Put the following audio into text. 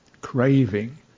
craving